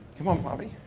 come on feby.